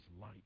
light